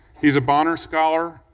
he's a bonner scholar,